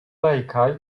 lejka